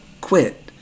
quit